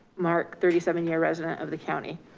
mark thirty seven year resident of the county.